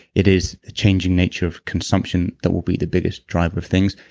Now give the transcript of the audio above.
it is the changing nature of consumption that will be the biggest driver of things,